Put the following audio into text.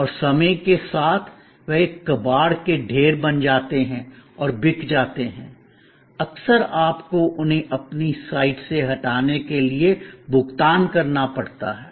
और समय के साथ वे एक कबाड़ के ढेर बन जाते हैं और बिक जाते हैं अक्सर आपको उन्हें अपनी साइट से हटाने के लिए भुगतान करना पड़ता है